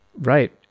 Right